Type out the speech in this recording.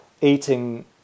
eating